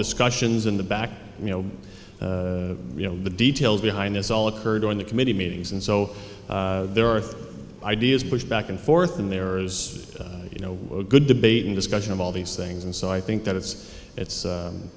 discussions in the back you know you know the details behind this all occurred on the committee meetings and so there are three ideas pushed back and forth in there as you know a good debate and discussion of all these things and so i think that it's it's